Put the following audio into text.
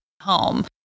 home